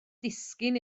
disgyn